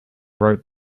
wrote